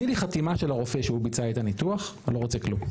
תני לי חתימה של הרופא שהוא ביצע את הניתוח אני לא רוצה כלום,